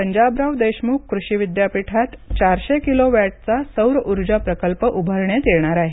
पंजाबराव देशमुख कृषी विद्यापीठात चारशे किलो वॅटचा सौर ऊर्जा प्रकल्प उभारण्यात येणार आहे